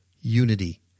Unity